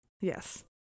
Yes